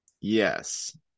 yes